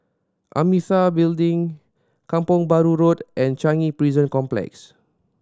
Amitabha Building Kampong Bahru Road and Changi Prison Complex